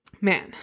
man